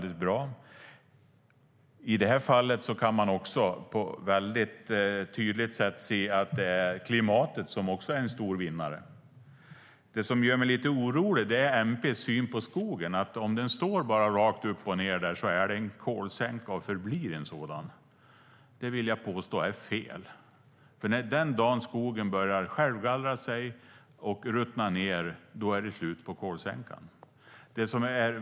I det här fallet kan man också på ett tydligt sätt se att klimatet är en stor vinnare. Det som gör mig lite orolig är MP:s syn på skogen, nämligen att den är och förblir en kolsänka om den bara står där rakt upp och ned. Jag vill påstå att det är fel. Den dagen skogen börjar självgallras och ruttna ned är det slut på kolsänkan.